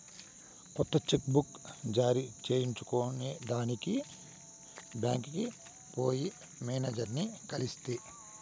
కొత్త cheque book జారీ చేయించుకొనేదానికి బాంక్కి పోయి మేనేజర్లని కలిస్తి